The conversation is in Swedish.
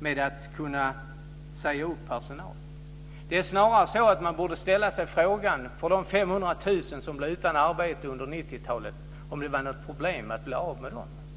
med att kunna säga upp personal. Det är snarare så att man borde ställa sig frågan om det var något problem att bli av med de 500 000 som blev utan arbete under 90-talet.